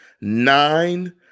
Nine